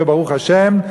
וברוך השם,